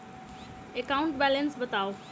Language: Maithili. एकाउंट बैलेंस बताउ